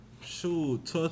Shoot